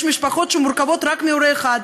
יש משפחות שמורכבות רק מהורה אחד,